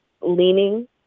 leaning